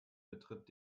betritt